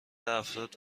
افراد